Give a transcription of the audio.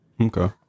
Okay